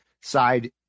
side